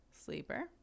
sleeper